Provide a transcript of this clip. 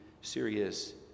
serious